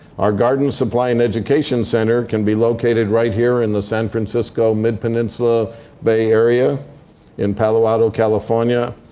our garden supply and education center can be located right here in the san francisco mid-peninsula bay area in palo alto, california.